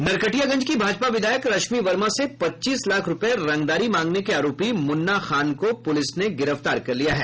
नरकटियागंज की भाजपा विधायक रश्मि वर्मा से पच्चीस लाख रूपये रंगदारी मांगने के आरोपी मुन्ना खान को पुलिस ने गिरफ्तार कर लिया है